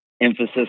emphasis